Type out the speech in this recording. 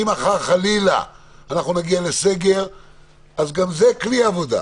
אם מחר חלילה נגיע לסגר אז גם זה כלי עבודה,